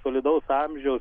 solidaus amžiaus